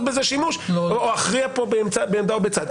בזה שימוש או אכריע פה בעמדה או בצד.